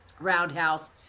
Roundhouse